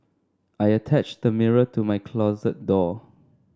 I attached the mirror to my closet door